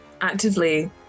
actively